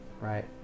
right